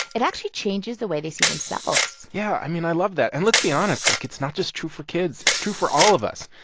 it actually changes the way they see themselves yeah. i mean, i love that. and let's be honest. like, it's not just true for kids, it's true for all of us.